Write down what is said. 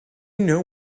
know